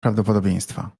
prawdopodobieństwa